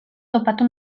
topatu